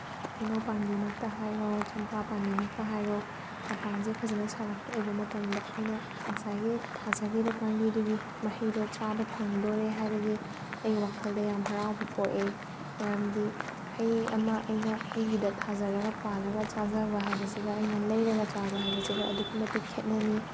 ꯍꯩꯅꯧ ꯄꯥꯝꯕꯤ ꯃꯛꯇ ꯍꯥꯏꯔꯣ ꯆꯝꯄ꯭ꯔꯥ ꯄꯥꯝꯕꯤ ꯃꯛꯇ ꯍꯥꯏꯔꯣ ꯃꯄꯥꯟꯁꯦ ꯐꯖꯅ ꯁꯥꯔꯛꯄ ꯎꯕ ꯃꯇꯝꯗ ꯑꯩꯅ ꯉꯁꯥꯏꯒꯤ ꯊꯥꯖꯈꯤꯕ ꯄꯥꯝꯕꯤꯗꯨꯒꯤ ꯃꯍꯩꯗꯣ ꯆꯥꯕ ꯐꯪꯗꯣꯔꯦ ꯍꯥꯏꯕꯒꯤ ꯑꯩꯒꯤ ꯋꯥꯈꯜꯗ ꯌꯥꯝ ꯍꯔꯥꯎꯕ ꯄꯣꯛꯑꯦ ꯃꯔꯝꯗꯤ ꯍꯩ ꯑꯃ ꯑꯩꯅ ꯑꯩꯒꯤꯗ ꯊꯥꯖꯔꯒ ꯄꯥꯜꯂꯒ ꯆꯥꯖꯕ ꯍꯥꯏꯕꯁꯤꯒ ꯑꯩꯅ ꯂꯩꯔꯒ ꯆꯥꯕ ꯍꯥꯏꯕꯁꯤꯒ ꯑꯗꯨꯛꯀꯤ ꯃꯇꯤꯛ ꯈꯦꯠꯅꯅꯤ